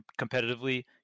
competitively